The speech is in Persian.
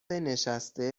نشسته